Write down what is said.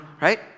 right